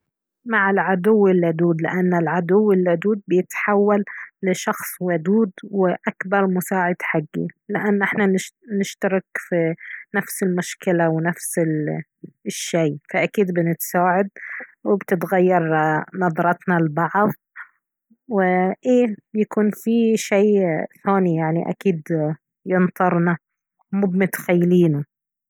مع العدو اللدود لأنه العدو اللدود بيتحول لشخص ودود وأكبر مساعد حقي لأنه احنا نشترك في نفس المشكلة ونفس الشي فأكيد بنتساعد وبتتغير نظرتنا لبعض وإيه بيكون فيه شي ثاني يعني أكيد ينطرنا مب متخيلينه